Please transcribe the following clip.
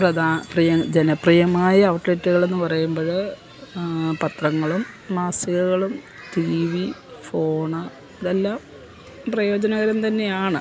ജനപ്രിയമായ ഔട്ട്ലെറ്റുകളെന്ന് പറയുമ്പോൾ പത്രങ്ങളും മാസികകളും ടീവി ഫോണ് ഇതെല്ലാം പ്രയോജനകരം തന്നെയാണ്